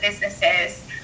businesses